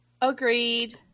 Agreed